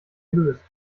löst